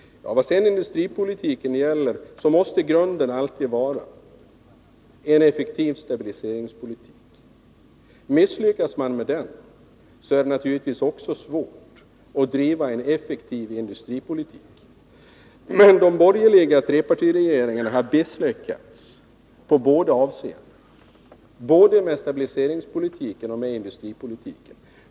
Vad sedan gäller industripolitiken måste grunden alltid vara en effektiv stabiliseringspolitik. Misslyckas man med den är det naturligtvis också svårt att driva en effektiv industripolitik. De borgerliga trepartiregeringarna har misslyckats i båda avseendena, både med stabiliseringspolitiken och med industripolitiken.